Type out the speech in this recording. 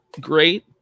great